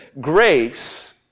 Grace